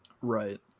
Right